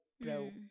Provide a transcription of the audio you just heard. bro